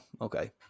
okay